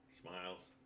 smiles